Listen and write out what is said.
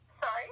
sorry